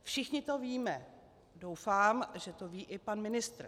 Všichni to víme, doufám, že to ví i pan ministr.